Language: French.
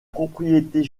propriétés